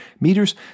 meters